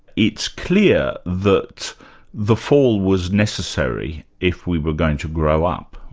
it's clear that the fall was necessary, if we were going to grow up,